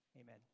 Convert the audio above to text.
Amen